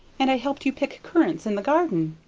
and i helped you pick currants in the garden?